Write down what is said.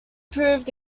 proved